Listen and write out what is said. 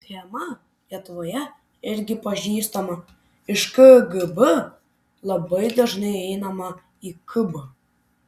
schema lietuvoje irgi pažįstama iš kgb labai dažnai einama į kb